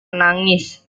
menangis